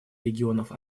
регионов